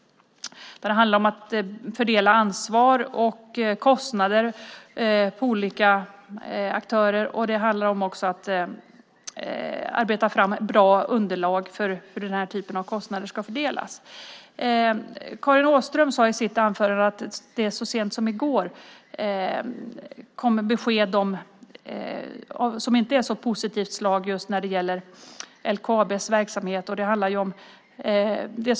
Det handlar om att fördela ansvar och kostnader på olika aktörer och att arbeta fram bra underlag för hur den här typen av kostnader ska fördelas. Karin Åström sade i sitt anförande att det så sent som i går kom ett besked som inte är så positivt när det gäller LKAB:s verksamhet.